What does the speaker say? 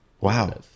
Wow